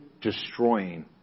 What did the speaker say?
destroying